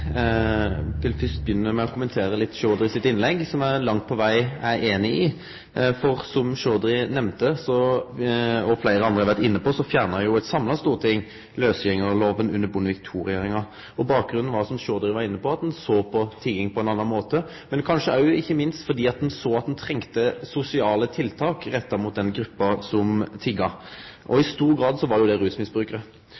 einig i. Som Chaudhry nemnde, og som fleire andre har vore inne på, fjerna jo eit samla storting lausgjengarlova under Bondevik II-regjeringa. Bakgrunnen var, som Chaudhry var inne på, at ein såg på tigging på ein annan måte, men ikkje minst fordi ein såg at ein trong sosiale tiltak retta mot den gruppa som tigga. I stor grad var jo det rusmisbrukarar. I dag er det ein heilt annan situasjon, og då må me ikkje tvihalde på litt utdaterte løysingar, men få på plass tiltak som møter situasjonen me har i